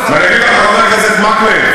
אולי בסוף אני אסכים לזה, חבר הכנסת מקלב,